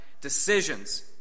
decisions